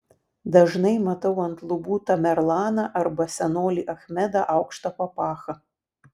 dažnai matau ant lubų tamerlaną arba senolį achmedą aukšta papacha